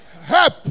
help